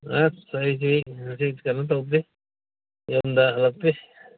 ꯑꯁ ꯑꯩꯗꯤ ꯍꯧꯖꯤꯛ ꯀꯩꯅꯣ ꯇꯧꯗ꯭ꯔꯤ ꯌꯨꯝꯗ ꯍꯜꯂꯛꯇ꯭ꯔꯤ